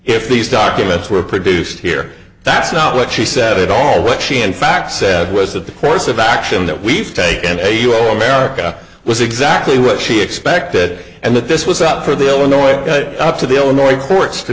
if these documents were produced here that's not what she said at all what she in fact said was that the course of action that we've taken a you will america was exactly what she expected and that this was up for the illinois up to the illinois courts to